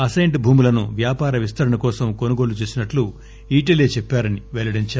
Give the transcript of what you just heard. assigned భూములను వ్యాపార విస్తరణ కోసం కొనుగోలు చేసినట్లు ఈటలే చెప్పారని పెల్లడించారు